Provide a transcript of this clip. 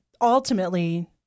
ultimately